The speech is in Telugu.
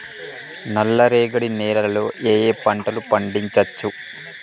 నల్లరేగడి నేల లో ఏ ఏ పంట లు పండించచ్చు?